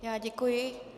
Já děkuji.